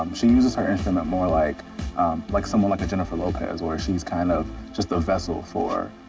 um she uses her instrument more like like someone like a jennifer lopez, where she's kind of just the vessel for,